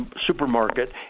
supermarket